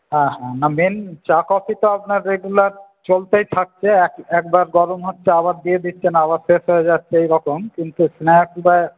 হ্যাঁ হ্যাঁ না মেন চা কফি তো আপনার রেগুলার চলতেই থাকছে এক একবার গরম হচ্ছে আবার দিয়ে দিচ্ছেন আবার শেষ হয়ে যাচ্ছে এইরকম কিন্তু স্ন্যাক্স বা